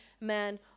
man